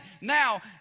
Now